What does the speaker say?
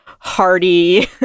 hearty